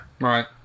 Right